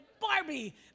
Barbie